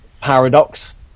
Paradox